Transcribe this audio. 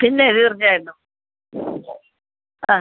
പിന്നെ തീർച്ചയായിട്ടും ആ